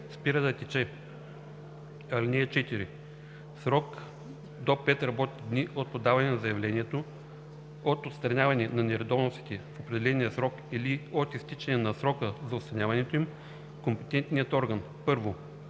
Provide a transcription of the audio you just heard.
спира да тече. (4) В срок до 5 работни дни от подаване на заявлението, от отстраняване на нередовностите в определения срок или от изтичане на срока за отстраняването им компетентният орган: 1.